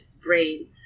brain